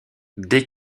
dès